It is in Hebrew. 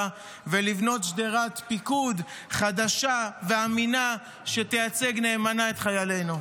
ולבנות שדרת פיקוד חדשה ואמינה שתייצג נאמנה את חיילינו.